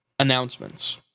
Announcements